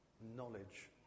knowledge